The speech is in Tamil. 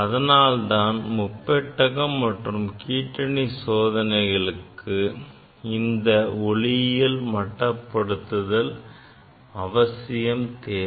அதனால்தான் முப்பட்டகம் மற்றும் கீற்றணி சோதனைகளுக்கு இந்த ஒளியியல் மட்டுப்படுத்துதல் அவசியம் தேவை